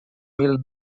mil